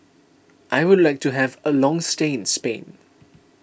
I would like to have a long stay in Spain